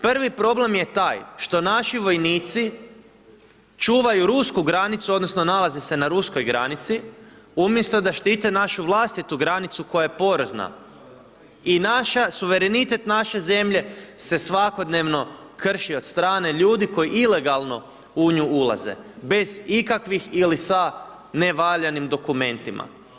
Prvi problem je taj što naši vojnici čuvaju rusku granicu odnosno nalaze se na ruskoj granici umjesto da štite našu vlastitu granicu koja je porozna i suverenitet naše zemlje se svakodnevno krši od strane ljudi koji ilegalno u nju ulaze bez ikakvih ili sa nevaljanim dokumentima.